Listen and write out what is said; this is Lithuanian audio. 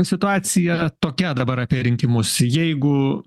situacija tokia dabar apie rinkimus jeigu